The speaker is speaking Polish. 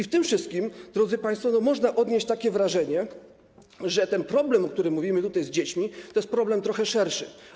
W tym wszystkim, drodzy państwo, można odnieść takie wrażenie, że ten problem, o którym mówimy, z dziećmi, to jest problem trochę szerszy.